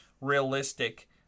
realistic